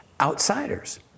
outsiders